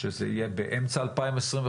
שזה יהיה באמצע 2025,